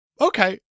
Okay